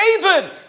David